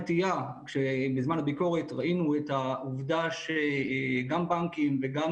בזמן הביקורת ראינו את העובדה שגם בנקים וגם